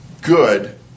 good